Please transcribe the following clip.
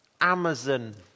Amazon